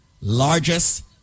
largest